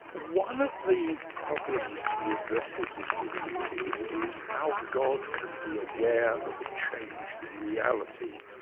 one of the problems he addresses in the treatise is how god can be aware of a change in reality,